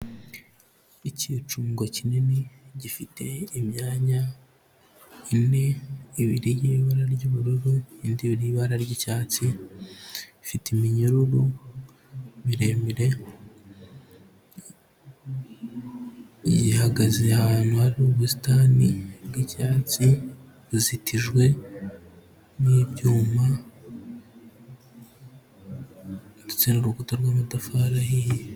Ikicungo kinini gifite imyanya ine, ibiri y'ibara ry'ubururu indi yo ni ibara ry'icyatsi, ifite iminyururu miremire, ihagaze ahantu hari ubusitani bw'icyatsi, izitijwe n'ibyuma ndetse n'urukuta rw'amatafari ahiye.